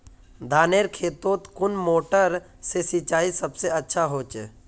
धानेर खेतोत कुन मोटर से सिंचाई सबसे अच्छा होचए?